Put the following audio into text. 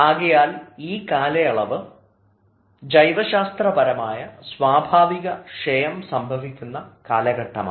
അതായത് ഈ കാലയളവ് ജൈവശാസ്ത്രപരമായ സ്വാഭാവിക ക്ഷയം സംഭവിക്കുന്ന കാലഘട്ടമാണ്